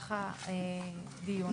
במהלך הדיון,